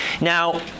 Now